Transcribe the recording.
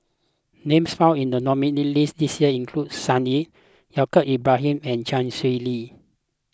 names found in the nominees' list this year include Sun Yee Yaacob Ibrahim and Chee Swee Lee